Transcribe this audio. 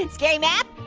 and scary math,